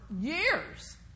years